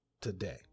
today